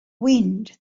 wind